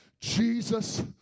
Jesus